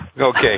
Okay